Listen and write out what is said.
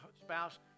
spouse